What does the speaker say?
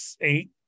eight